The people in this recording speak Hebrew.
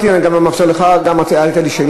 כל מה שאמרתי בסך הכול היה: אם אתה רוצה להיות חלק מהשיח,